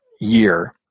year